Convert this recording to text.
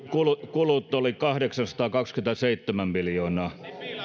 kulut olivat kahdeksansataakaksikymmentäseitsemän